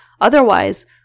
Otherwise